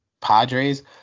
Padres